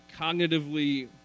cognitively